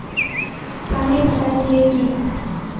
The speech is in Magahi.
पानी पटाय दिये की?